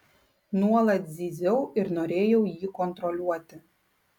nuolat zyziau ir norėjau jį kontroliuoti